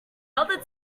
other